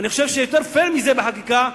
אני חושב שיותר פייר מזה בחקיקה,